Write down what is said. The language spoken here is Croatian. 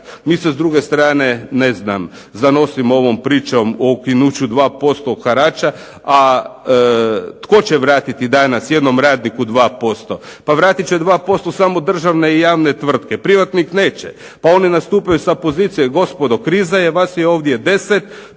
Mi se, s druge strane, ne znam, zanosimo ovom pričom o ukinuću 2% harača, a tko će vratiti danas jednom radniku 2%? Pa vratit će 2% samo državne i javne tvrtke, privatnik neće. Pa oni nastupaju sa pozicije gospodo kriza je, vas je ovdje 10,